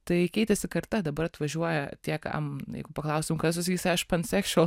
tai keitėsi karta dabar atvažiuoja tie kam jeigu paklaustum kas atsakys aš pansexual